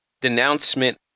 denouncement